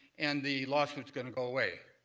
and the lawsuit's going to go away.